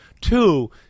Two